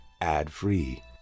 ad-free